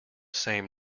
same